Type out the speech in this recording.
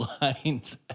lines